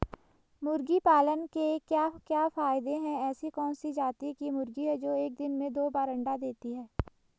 मुर्गी पालन के क्या क्या फायदे हैं ऐसी कौन सी जाती की मुर्गी है जो एक दिन में दो बार अंडा देती है?